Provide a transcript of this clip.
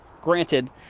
Granted